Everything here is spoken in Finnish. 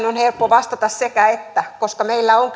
on helppo vastata sekä että koska meillä on